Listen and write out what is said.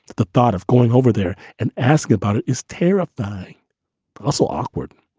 the thought of going over there and ask you about it is terrifying, but also awkward.